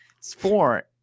sport